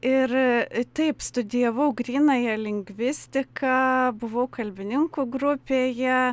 ir taip studijavau grynąją lingvistiką buvau kalbininkų grupėje